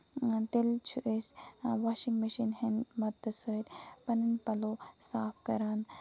تیٚلہِ چھِ أسۍ واشنگ مِشیٖن ہِندۍ مدتہٕ سۭتۍ پَنٕنۍ پَلو صاف کران